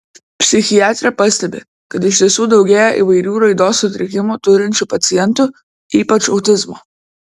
psichiatrė pastebi kad iš tiesų daugėja įvairių raidos sutrikimų turinčių pacientų ypač autizmo